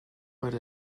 per